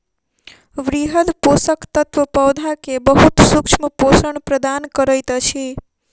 वृहद पोषक तत्व पौधा के बहुत सूक्ष्म पोषण प्रदान करैत अछि